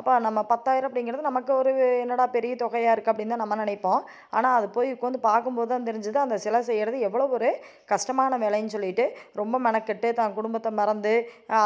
அப்போ நம்ம பத்தாயிரம் அப்படிங்கிறது நமக்கு ஒரு என்னடா பெரிய தொகையாக இருக்குது அப்படின்தான் நம்ம நினைப்போம் ஆனால் அது போய் உட்காந்து பார்க்கும் போது தான் தெரிஞ்சுது அந்த சிலை செய்கிறது எவ்வளோ ஒரு கஷ்டமான வேலைன்னு சொல்லிட்டு ரொம்ப மெனக்கட்டு தன் குடும்பத்தை மறந்து